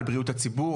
על בריאות הציבור,